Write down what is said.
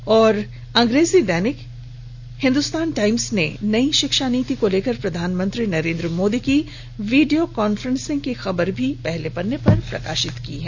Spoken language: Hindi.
और अंग्रेजी दैनिक हिंदुस्तान टाइम्स ने नई शिक्षा नीति को लेकर प्रधानमंत्री नरेंद्र मोदी की वीडियो कॉन्फ्रेंसिंग की खबर भी पहले पर प्रकाशित किया है